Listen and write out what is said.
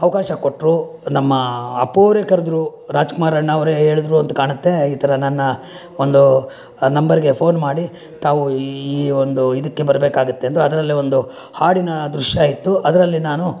ಅವಕಾಶ ಕೊಟ್ರು ನಮ್ಮ ಅಪ್ಪು ಅವರೇ ಕರೆದ್ರು ರಾಜ್ಕುಮಾರ್ ಅಣ್ಣಾವ್ರೇ ಹೇಳಿದ್ರು ಅಂತ ಕಾಣುತ್ತೆ ಈ ಥರ ನನ್ನ ಒಂದು ನಂಬರ್ಗೆ ಫೋನ್ ಮಾಡಿ ತಾವು ಈ ಒಂದು ಇದಕ್ಕೆ ಬರಬೇಕಾಗತ್ತೆ ಅಂದರೂ ಅದರಲ್ಲೇ ಒಂದು ಹಾಡಿನ ದೃಶ್ಯ ಇತ್ತು ಅದರಲ್ಲಿ ನಾನು